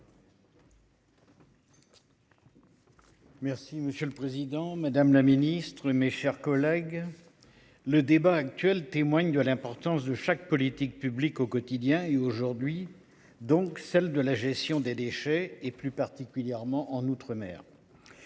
Merci, monsieur le Président Madame la Ministre, mes chers collègues. Le débat actuel témoigne de l'importance de chaque politique publique au quotidien et aujourd'hui donc, celle de la gestion des déchets et plus particulièrement en outre-mer.